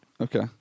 Okay